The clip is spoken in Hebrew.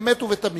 באמת ובתמים